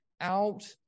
out